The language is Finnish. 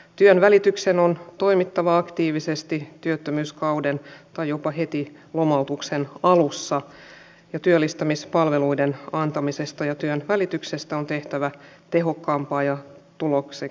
työnvälityksen on toimittava aktiivisesti työttömyyskauden tai jopa heti lomautuksen alussa ja työllistämispalveluiden antamisesta ja työnvälityksestä on tehtävä tehokkaampaa ja tuloksekkaampaa